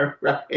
Right